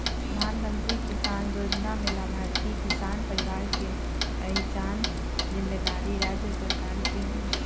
प्रधानमंत्री किसान जोजना में लाभार्थी किसान परिवार के पहिचान जिम्मेदारी राज्य सरकार के हइ